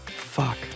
Fuck